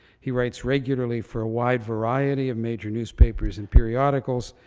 he writes regularly for a wide variety of major newspapers and periodicals,